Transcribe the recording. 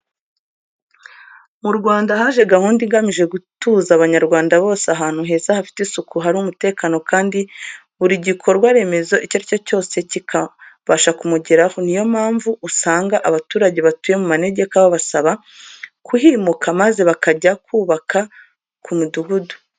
Mu Rwanda haje gahunda igamije gutuza Abanyarwanda bose ahantu heza, hafite isuku, hari umutekano kandi buri gikorwa remezo icyo ari cyo cyose kikabasha kumugeraho. Ni yo mpamvu usanga abaturage batuye mu manegeka babasaba kuhimuka maze bakajya kubaka ku midugudu.